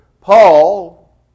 Paul